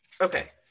Okay